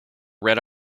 red